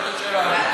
זאת השאלה.